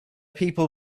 people